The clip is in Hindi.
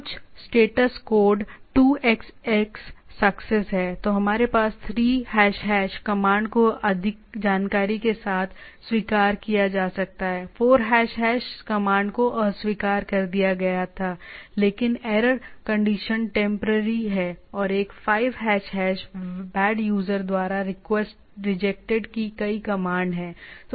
कुछ स्टेटस कोड 2 सक्सेस है तो हमारे पास 3 कमांड को अधिक जानकारी के साथ स्वीकार किया जा सकता है 4 कमांड को अस्वीकार कर दिया गया था लेकिन एरर कंडीशन टेंपरेरी है और एक 5 बेड यूजर द्वारा रिजेक्टेड की गई कमांड है